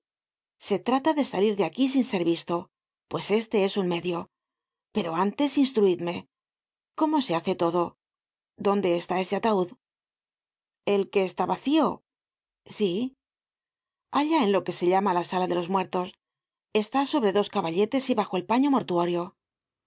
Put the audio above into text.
se trata de salir de aquí sin ser visto pues este es un medio pero antes instruidme cómo se hace todo dónde está ese ataud el que está vacío sí allá en lo que se llama la sala de los muertos está sobre des caballetes y bajo el paño mortuorio